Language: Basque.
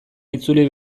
itzuli